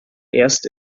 erst